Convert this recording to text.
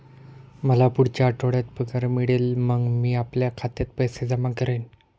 मला पुढच्या आठवड्यात पगार मिळेल मग मी आपल्या खात्यात पैसे जमा करेन